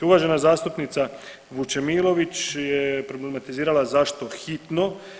Uvažena zastupnica Vučemilović je problematizirala zašto hitno.